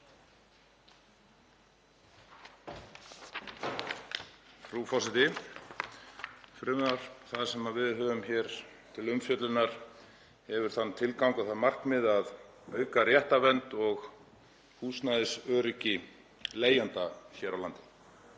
Frú forseti. Frumvarp það sem við höfum hér til umfjöllunar hefur þann tilgang og það markmið að auka réttarvernd og húsnæðisöryggi leigjenda hér á landi.